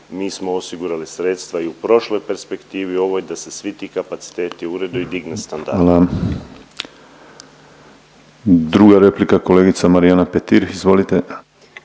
mi smo osigurali sredstva i u prošloj perspektivi i u ovoj da se svi ti kapaciteti urede i digne standard. **Penava, Ivan (DP)** Hvala. Druga replika kolegica Marijana Petir, izvolite.